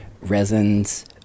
resins